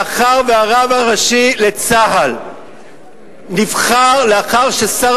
מאחר שהרב הראשי לצה"ל נבחר לאחר ששר